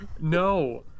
no